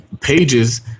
pages